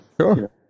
Sure